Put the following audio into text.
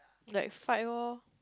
it's like fight lor